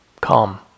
calm